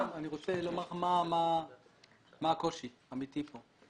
אני רוצה לומר מה הקושי האמיתי כאן.